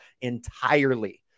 entirely